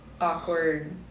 awkward